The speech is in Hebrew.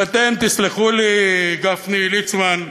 אבל אתם, תסלחו לי, גפני, ליצמן,